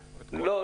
לא,